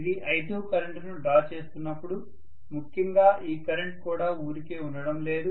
ఇది I2 కరెంటును తీసుకుంటున్నప్పుడు ముఖ్యంగా ఈ కరెంట్ కూడా ఊరికే ఉండడం లేదు